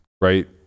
right